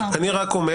אני רק אומר